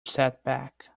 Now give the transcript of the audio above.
setback